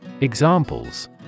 Examples